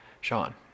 sean